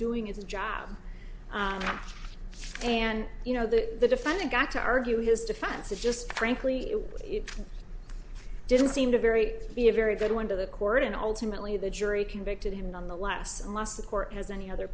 doing its job and you know that the defendant got to argue his defense is just frankly it didn't seem to very be a very good one to the court and ultimately the jury convicted him nonetheless and lost the court as any other